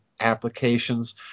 applications